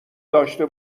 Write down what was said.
داشته